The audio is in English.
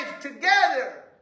together